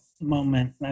moment